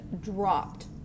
dropped